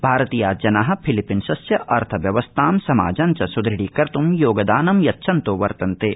भारतीया जना फिलीपींसस्य अर्थव्यवस्थां समाजञ्च स्दृढीकर्त् योग ानं यच्छन्तो वर्तन्ते